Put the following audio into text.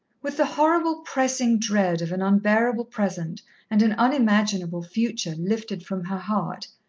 with the horrible, pressing dread of an unbearable present and an unimaginable future lifted from her heart,